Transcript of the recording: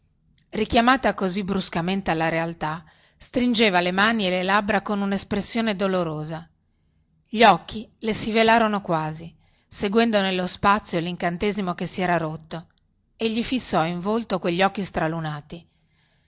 richiamata così bruscamente alla realtà stringeva le mani e le labbra con unespressione dolorosa gli occhi le si velarono quasi seguendo nello spazio lincantesimo che si era rotto e gli fissò in volto quegli occhi stralunati